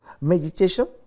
Meditation